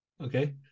Okay